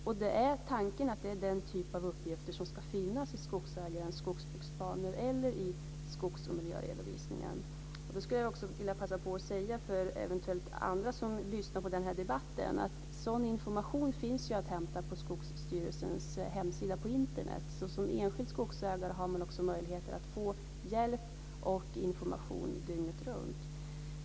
Tanken är att det är den typ av uppgifter som ska finnas i skogsägarens skogsbruksplaner eller i skogsoch miljöredovisningen. Jag vill passa på att berätta för alla som lyssnar på debatten att sådan information finns att hämta på Skogsstyrelsens hemsida på Internet. Som enskild skogsägare har man alltså möjlighet att få hjälp och information dygnet runt.